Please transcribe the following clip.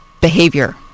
behavior